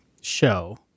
show